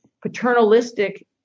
paternalistic